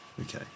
Okay